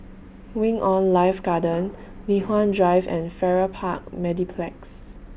Wing on Life Garden Li Hwan Drive and Farrer Park Mediplex